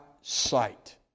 sight